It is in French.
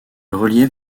relief